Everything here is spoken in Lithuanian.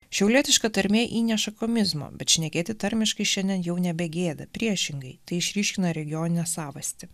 šiaulietiška tarmė įneša komizmo bet šnekėti tarmiškai šiandien jau nebegėda priešingai tai išryškina regioninę savastį